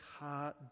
heart